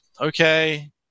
Okay